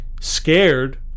scared